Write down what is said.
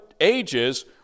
ages